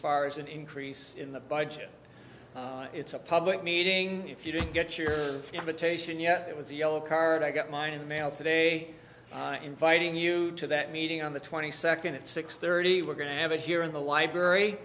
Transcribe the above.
far as an increase in the budget it's a public meeting if you didn't get your invitation yet it was a yellow card i got mine in the mail today inviting you to that meeting on the twenty second at six thirty we're going to have it here in the library